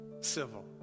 civil